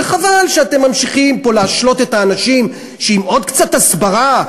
וחבל שאתם ממשיכים פה להשלות את האנשים שעם עוד קצת הסברה,